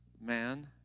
man